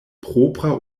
propra